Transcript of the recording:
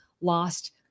lost